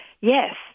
yes